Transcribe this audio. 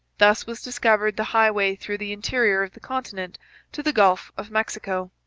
thus was discovered the highway through the interior of the continent to the gulf of mexico.